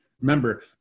Remember